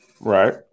right